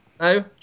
No